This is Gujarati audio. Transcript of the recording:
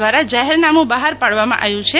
દ્વારા જાહેરનામું બહાર પાડવામાં આવ્યું છે